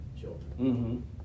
children